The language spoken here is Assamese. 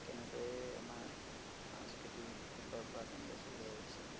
তেনেকৈয়ে আমাৰ সাংস্কৃতিক দিশৰ পৰা তেনেকৈ চলি আহিছে